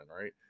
right